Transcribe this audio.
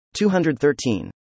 213